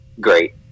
great